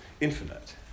infinite